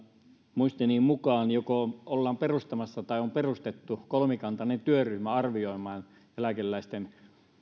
muistini mukaan joko ollaan perustamassa tai on perustettu kolmikantainen työryhmä arvioimaan eläkeläisten